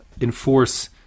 enforce